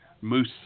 Moose